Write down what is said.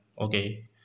Okay